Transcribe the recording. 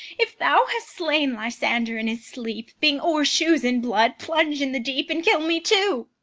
if thou hast slain lysander in his sleep, being o'er shoes in blood, plunge in the deep, and kill me too.